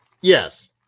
yes